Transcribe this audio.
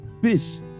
fish